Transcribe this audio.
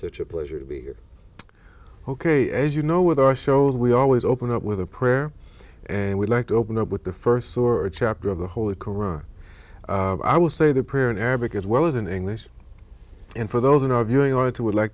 such a pleasure to be here ok as you know with our shows we always open up with a prayer and we like to open up with the first or a chapter of the holy qur'an i will say the prayer in arabic as well as in english and for those in our viewing are to